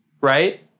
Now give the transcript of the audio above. right